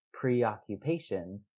preoccupation